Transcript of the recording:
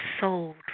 sold